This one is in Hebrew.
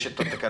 יש את התקנות,